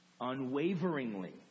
Unwaveringly